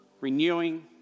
renewing